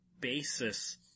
basis